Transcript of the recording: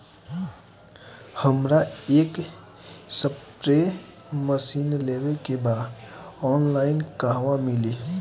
हमरा एक spray machine लेवे के बा ऑनलाइन कहवा मिली?